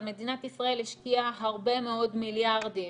אבל מדינת ישראל השקיעה הרבה מאוד מיליארדים